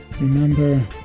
Remember